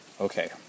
Okay